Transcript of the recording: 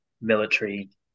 military